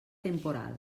temporal